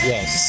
Yes